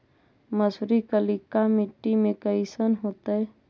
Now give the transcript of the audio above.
मसुरी कलिका मट्टी में कईसन होतै?